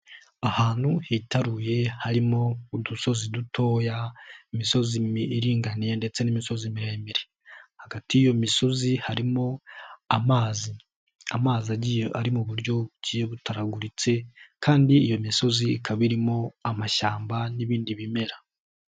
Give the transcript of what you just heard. Ahantu hitaruye harimo udusozi dutoya, imisozi iringaniye ndetse n'imisozi miremire; hagati y'iyo misozi harimo amazi, amazi agiye ari mu buryo bugiye butaguritse, kandi iyo misozi ikaba irimo amashyamba n'ibindi bimera.